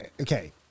Okay